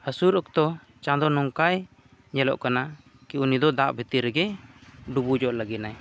ᱦᱟᱹᱥᱩᱨ ᱚᱠᱛᱚ ᱪᱟᱸᱫᱳ ᱱᱚᱝᱠᱟᱭ ᱧᱮᱞᱚᱜ ᱠᱟᱱᱟ ᱠᱤ ᱩᱱᱤ ᱫᱚ ᱫᱟᱜ ᱵᱷᱤᱛᱤᱨ ᱨᱮᱜᱮ ᱰᱩᱵᱩᱡᱚᱜ ᱞᱟᱹᱜᱤᱫ ᱟᱭ